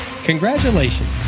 Congratulations